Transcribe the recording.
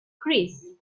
chris